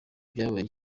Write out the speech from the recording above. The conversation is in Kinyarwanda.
byabaye